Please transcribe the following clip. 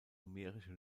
numerische